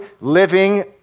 living